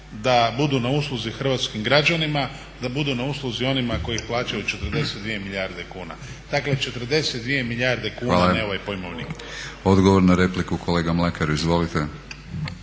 da budu na usluzi hrvatskim građanima, da budu na usluzi onima koji plaćaju 42 milijarde kuna. Dakle, 42 milijarde kuna a ne ovaj pojmovnik. **Batinić, Milorad (HNS)** Hvala.